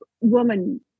woman